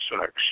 sex